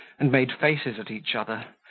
and made faces at each other,